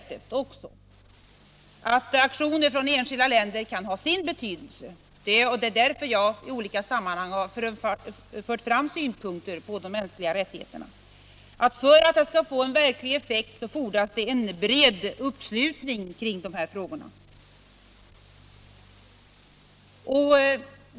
Aktioner från enskilda länder kan ha sin betydelse. Det är därför jag i olika sammanhang har fört fram synpunkter på de mänskliga rättigheterna. Men för att det skall bli en verklig effekt fordras en bred uppslutning kring de här frågorna.